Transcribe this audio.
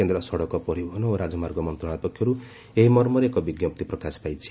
କେନ୍ଦ୍ର ସଡ଼କ ପରିବହନ ଓ ରାଜମାର୍ଗ ମନ୍ତ୍ରଣାଳୟ ପକ୍ଷରୁ ଏହି ମର୍ମରେ ଏକ ବିଜ୍ଞପ୍ତି ପ୍ରକାଶ ପାଇଛି